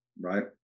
Right